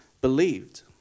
believed